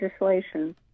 legislation